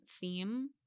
theme